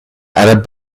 arab